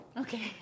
Okay